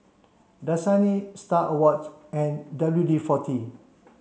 Dasani Star Awards and W D forty